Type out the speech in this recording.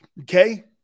Okay